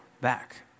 back